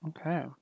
Okay